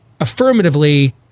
affirmatively